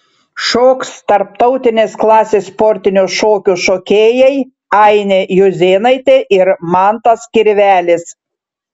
šoks tarptautinės klasės sportinių šokių šokėjai ainė juzėnaitė ir mantas kirvelis